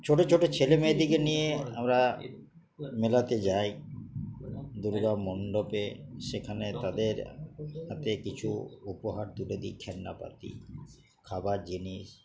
ছোটো ছোটো ছেলেমেয়েদেরকে নিয়ে আমরা মেলাতে যাই দুর্গা মণ্ডপে সেখানে তাদের হাতে কিছু উপহার তুলে দিই খেলনাপাতি খাবার জিনিস